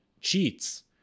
cheats